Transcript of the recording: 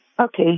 Okay